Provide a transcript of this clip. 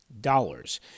dollars